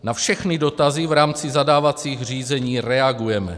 Na všechny dotazy v rámci zadávacích řízení reagujeme.